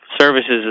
services